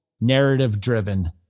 narrative-driven